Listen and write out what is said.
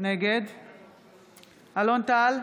אלון טל,